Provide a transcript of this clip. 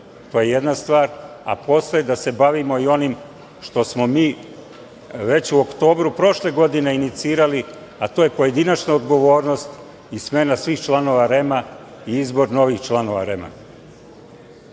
To je jedna stvar. A posle da se bavimo i onim što smo mi već u oktobru prošle godine inicirali, a to je pojedinačna odgovornost i smena svih članova REM-a i izbor novih članova